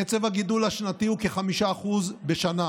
קצב הגידול השנתי הוא כ-5% בשנה.